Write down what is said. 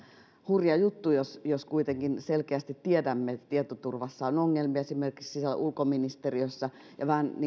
hurja juttu jos jos kuitenkin selkeästi tiedämme että tietoturvassa on ongelmia esimerkiksi siellä ulkoministeriössä ja vähän